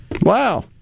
Wow